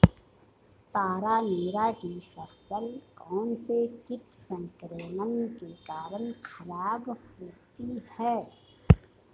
तारामीरा की फसल कौनसे कीट संक्रमण के कारण खराब होती है?